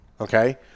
Okay